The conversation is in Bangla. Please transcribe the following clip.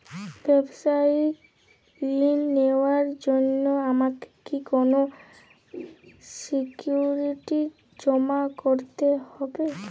ব্যাবসায়িক ঋণ নেওয়ার জন্য আমাকে কি কোনো সিকিউরিটি জমা করতে হবে?